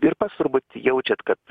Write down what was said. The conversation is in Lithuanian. ir pats turbūt jaučiat kad